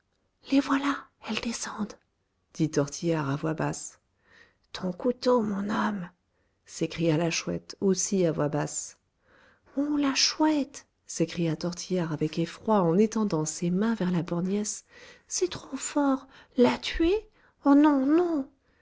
les voilà elles descendent dit tortillard à voix basse ton couteau mon homme s'écria la chouette aussi à voix basse oh la chouette s'écria tortillard avec effroi en étendant ses mains vers la borgnesse c'est trop fort la tuer oh non non